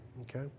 okay